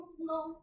no